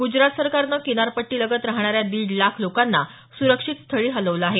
ग्रजरात सरकारनं किनारपट्टीलगत राहणाऱ्या दीड लाख लोकांना सुरक्षित स्थळी हलवलं आहे